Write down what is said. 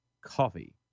coffee